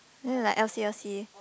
then they like L_C L_C